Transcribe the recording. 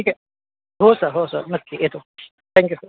ठीक आहे हो सर हो सर नक्की येतो थँक्यू सर